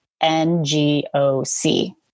N-G-O-C